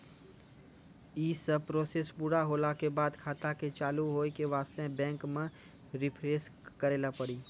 यी सब प्रोसेस पुरा होला के बाद खाता के चालू हो के वास्ते बैंक मे रिफ्रेश करैला पड़ी?